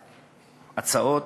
הצעות,